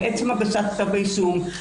על עצם הגשת כתב האישום,